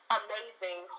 amazing